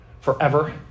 forever